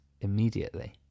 immediately